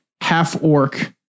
half-orc